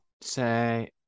say